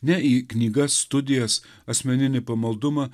ne į knygas studijas asmeninį pamaldumą